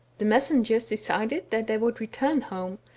the messengers decided that they would return home,